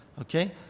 Okay